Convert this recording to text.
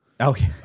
Okay